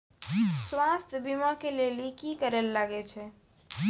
स्वास्थ्य बीमा के लेली की करे लागे छै?